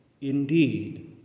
indeed